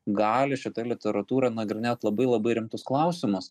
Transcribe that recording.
gali šita literatūra nagrinėt labai labai rimtus klausimus